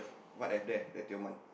what have there the Tioman